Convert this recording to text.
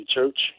Church